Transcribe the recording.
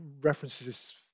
references